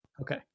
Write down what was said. Okay